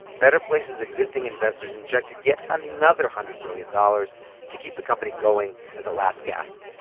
better place's existing investors injected yet another hundred million dollars to keep the company going as a last gasp.